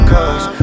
Cause